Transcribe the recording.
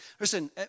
Listen